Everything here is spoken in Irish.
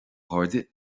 chairde